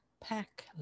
pack